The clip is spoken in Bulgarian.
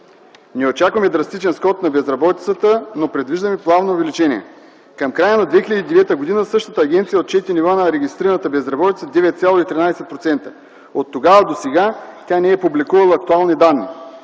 „Не очакваме драстичен скок на безработицата, но предвиждаме плавно увеличение.” Към края на 2009 г. същата агенция отчете нива на регистрираната безработица 9,13%. Оттогава досега тя не е публикувала актуални данни.